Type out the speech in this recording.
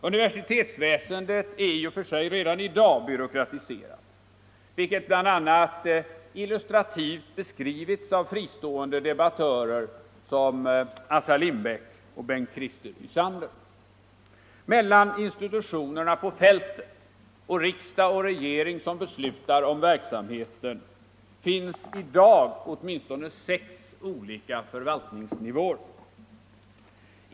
Universitetsväsendet är i och för sig redan i dag byråkratiserat, vilket bl.a. illustrativt har beskrivits av fristående debattörer som Assar Lindbeck och Bengt Christer Ysander. Mellan institutionerna på fältet och riksdagen och regeringen som beslutar om verksamheten finns det i dag åtminstone sex olika förvaltningsnivåer.